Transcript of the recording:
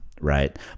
right